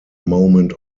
moment